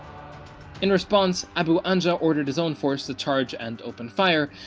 in response, abu anja ordered his own force the charge and opened fire.